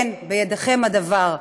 כן, בידיכם הדבר.